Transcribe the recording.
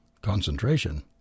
Concentration